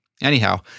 Anyhow